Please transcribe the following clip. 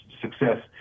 success